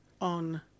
on